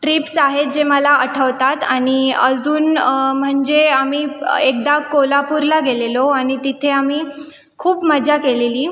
trips आहे जे मला आठवतात आणि अजून म्हणजे आम्ही एकदा कोल्हापूरला गेलेलो आणि तिथे आम्ही खूप मजा केलेली